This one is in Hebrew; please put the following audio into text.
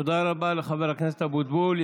תודה רבה לחבר הכנסת אבוטבול.